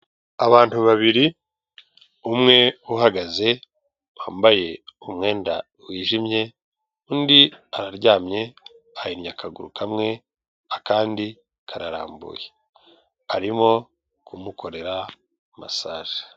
Abantu babiri umwe uhagaze wambaye umwenda wijimye undi araryamye ahinnye akaguru kamwe akandi kararambuye arimo kumukorera masaje.